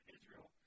Israel